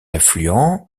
affluent